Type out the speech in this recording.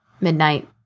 midnight